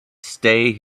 stay